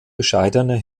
bescheidener